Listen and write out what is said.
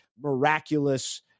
miraculous